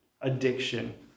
addiction